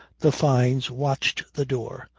the fynes watched the door,